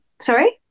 sorry